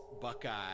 Buckeye